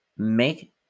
Make